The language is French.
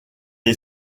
est